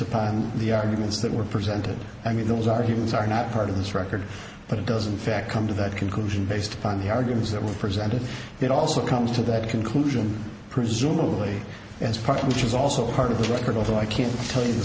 upon the arguments that were presented i mean those arguments are not part of this record but it doesn't fact come to that conclusion based upon the arguments that were presented it also comes to that conclusion presumably as part which is also part of the record although i can't tell you the